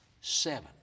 seven